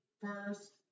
first